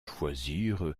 choisir